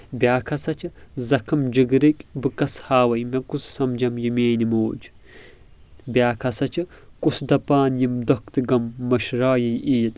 بیٚاکھ ہسا چھِ زخم جگرٕکۍ بہٕ کس ہاوے مےٚ کُس سمجَم یہِ میٲنۍ موج بیٚاکھ ہسا چھُ کُس دپان یِم دۄکھ تہٕ غم مشرایہِ یہِ عید